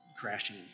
crashing